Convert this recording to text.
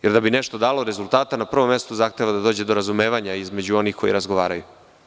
Jel da bi nešto dalo rezultate, na prvom mestu zahteva da dođe do razumevanja između onih koji razgovaraju.